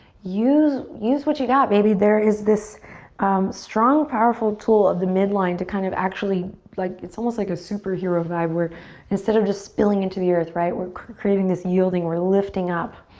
use use what you got, baby. there is this strong, powerful tool of the midline to kind of actually like it's almost like a superhero vibe where instead of just spilling into the earth, right, we're creating this yielding. we're lifting up.